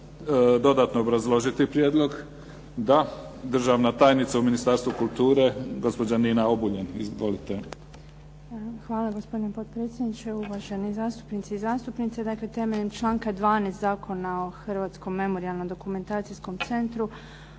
dodatno obrazložiti prijedlog? Da. Državna tajnica u Ministarstvu kulture gospođa Nina Obuljen. Izvolite. **Obuljen Koržinek, Nina** Hvala vam gospodine potpredsjedniče. Uvaženi zastupnice i zastupnici. Dakle, temeljem članka 12. Zakona o Hrvatskom memorijalno-dokumentacijskom centru